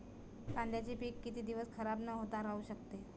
कांद्याचे पीक किती दिवस खराब न होता राहू शकते?